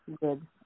good